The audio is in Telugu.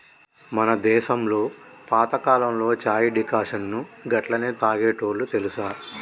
మన దేసంలో పాతకాలంలో చాయ్ డికాషన్ను గట్లనే తాగేటోల్లు తెలుసా